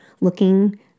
looking